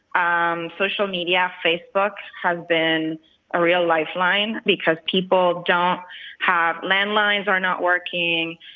um social media facebook has been a real lifeline because people don't have landlines are not working.